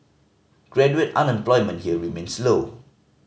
graduate unemployment here remains low